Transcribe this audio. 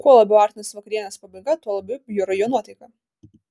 kuo labiau artinosi vakarienės pabaiga tuo labiau bjuro jo nuotaika